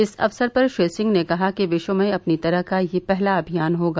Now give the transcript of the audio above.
इस अवसर पर श्री सिंह ने कहा कि विश्व में अपनी तरह का यह पहला अभियान होगा